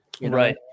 Right